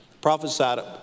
prophesied